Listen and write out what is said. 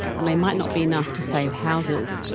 and they might not be enough to save houses.